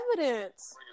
evidence